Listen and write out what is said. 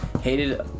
Hated